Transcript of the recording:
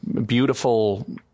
beautiful